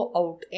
out